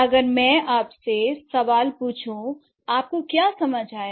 अगर मैं आपसे सवाल पूछूं आप को क्या समझ आया